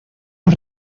los